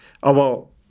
aber